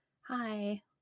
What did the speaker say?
Hi